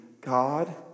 God